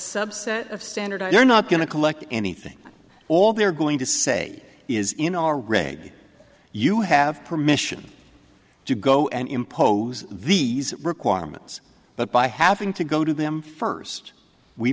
subset of standard you're not going to collect anything all they're going to say is in our raid you have permission to go and impose these requirements but by having to go to them first we